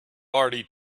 already